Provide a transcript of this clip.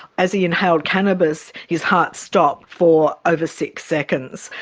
as he inhaled cannabis his heart stopped for over six seconds.